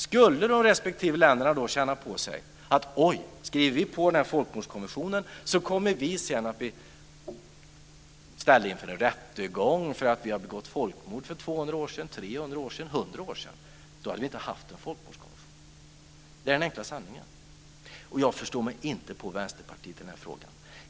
Skulle de respektive länderna ha känt att oj, skriver vi på den här folkmordskonventionen kommer vi att bli ställda inför rätta för folkmord vi begått för trehundra, tvåhundra eller hundra år sedan, då hade vi inte haft någon folkmordskonvention. Det är den enkla sanningen. Jag förstår mig inte på Vänsterpartiet i den här frågan.